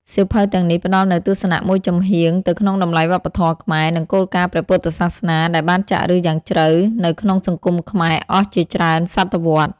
សៀវភៅទាំងនេះផ្ដល់នូវទស្សនៈមួយចំហៀងទៅក្នុងតម្លៃវប្បធម៌ខ្មែរ និងគោលការណ៍ព្រះពុទ្ធសាសនា ដែលបានចាក់ឫសយ៉ាងជ្រៅនៅក្នុងសង្គមខ្មែរអស់ជាច្រើនសតវត្សរ៍។